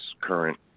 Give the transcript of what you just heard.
current